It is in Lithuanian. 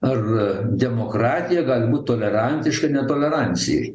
ar demokratija gali būt tolerantiška netolerancijai